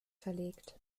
verlegt